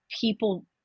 people